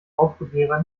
raubkopierer